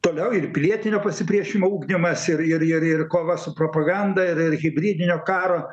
toliau ir pilietinio pasipriešinimo ugdymas ir ir ir kova su propaganda ir ir hibridinio karo